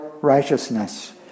righteousness